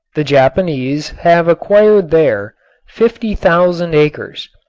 the japanese have acquired there fifty thousand acres,